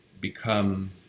become